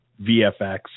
vfx